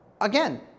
Again